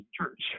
church